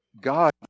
God